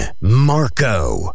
Marco